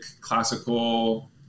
classical